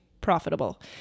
profitable